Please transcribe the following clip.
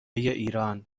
ایران